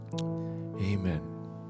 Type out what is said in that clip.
Amen